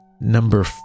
number